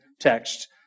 text